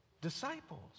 Disciples